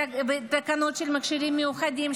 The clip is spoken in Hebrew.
בתקנות של מכשירים מיוחדים,